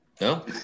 No